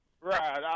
Right